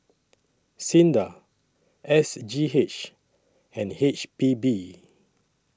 SINDA S G H and H P B